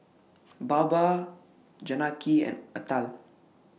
Baba Janaki and Atal